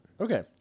Okay